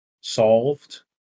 solved